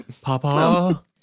Papa